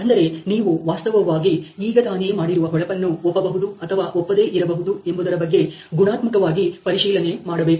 ಅಂದರೆ ನೀವು ವಾಸ್ತವವಾಗಿ ಈಗ ತಾನೇ ಮಾಡಿರುವ ಹೊಳಪನ್ನು ಒಪ್ಪಬಹುದು ಅಥವಾ ಒಪ್ಪದೇ ಇರಬಹುದು ಎಂಬುದರ ಬಗ್ಗೆ ಗುಣಾತ್ಮಕವಾಗಿ ಪರಿಶೀಲನೆ ಮಾಡಬೇಕು